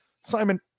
Simon